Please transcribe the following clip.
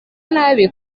nabi